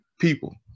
people